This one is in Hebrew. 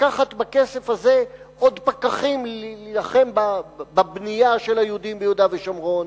לקחת בכסף הזה עוד פקחים להילחם בבנייה של היהודים ביהודה ושומרון,